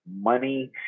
money